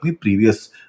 previous